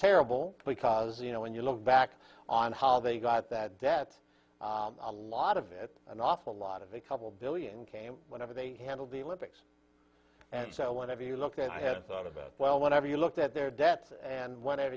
terrible because you know when you look back on how they got that debt a lot of it an awful lot of a couple billion came whenever they handled the olympics and so whenever you look at i had thought about well whenever you looked at their debts and when